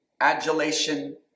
adulation